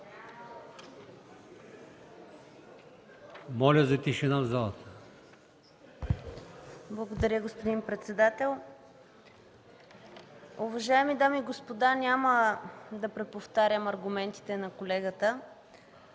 Моля Ви за тишина в залата.